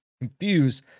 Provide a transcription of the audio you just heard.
confuse